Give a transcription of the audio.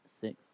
six